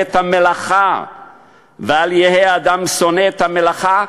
את המלאכה ואל יהי אדם שונא את המלאכה.